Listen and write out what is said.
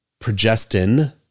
Progestin